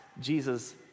Jesus